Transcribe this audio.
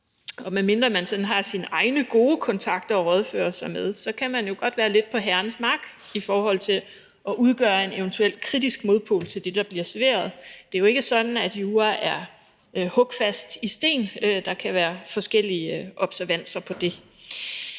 Og medmindre man har sine egne gode kontakter at rådføre sig med, kan man jo godt være lidt på herrens mark i forhold til at udgøre en eventuel kritisk modpol til det, der bliver serveret. Det er jo ikke sådan, at jura er hugget i sten; der kan være forskellige observanser af det.